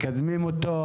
מקדמים אותו?